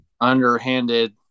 underhanded